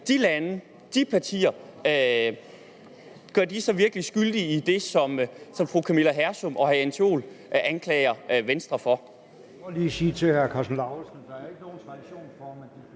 de lande, de partier, sig virkelig skyldig i det, som fru Camilla Hersom og hr. Jens Joel anklager Venstre for?